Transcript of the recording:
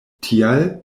tial